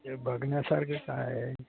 म्हणजे बघण्यासारखं काय आहे